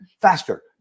faster